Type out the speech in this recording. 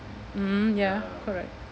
mm ya correct